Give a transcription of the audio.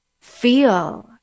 feel